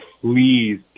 please